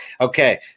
Okay